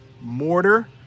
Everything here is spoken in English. mortar